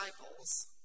disciples